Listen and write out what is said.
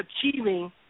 achieving